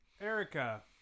erica